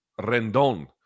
Rendon